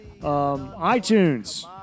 iTunes